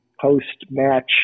post-match